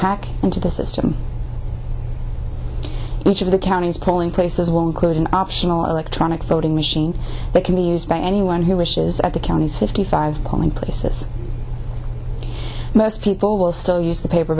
hack into the system each of the counties polling places will include an optional electronic voting machine that can be used by anyone who wishes at the county's fifty five polling places most people will still use the paper